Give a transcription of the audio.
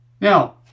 Now